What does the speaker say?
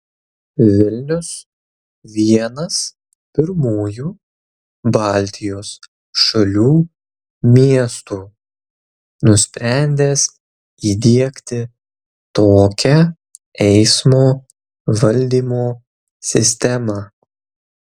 vilnius vienas pirmųjų baltijos šalių miestų nusprendęs įdiegti tokią eismo valdymo sistemą